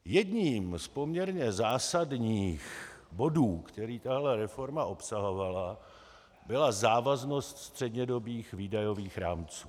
Jedním z poměrně zásadních bodů, který tato reforma obsahovala, byla závaznost střednědobých výdajových rámců.